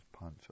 punch